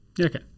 Okay